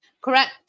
Correct